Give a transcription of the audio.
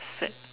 sad